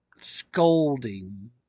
scolding